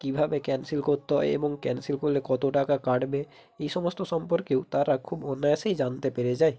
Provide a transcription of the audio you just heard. কীভাবে ক্যান্সেল করতে হয় এবং ক্যান্সেল করলে কত টাকা কাটবে এই সমস্ত সম্পর্কেও তারা খুব অনায়াসেই জানতে পেরে যায়